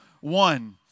one